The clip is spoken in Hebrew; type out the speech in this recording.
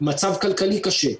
מצב כלכלי קשה,